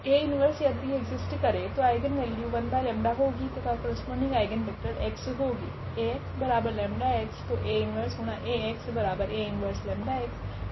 𝐴 1 यदि एक्जिस्ट करे की आइगनवेल्यू 1𝜆 होगी तथा करस्पोंडिंग आइगनवेक्टर x होगी